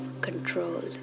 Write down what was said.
control